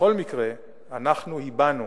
בכל מקרה, אנחנו הבענו